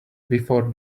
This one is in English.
before